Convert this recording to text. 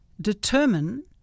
determine